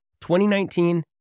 2019